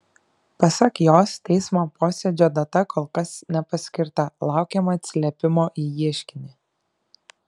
pasak jos teismo posėdžio data kol kas nepaskirta laukiama atsiliepimo į ieškinį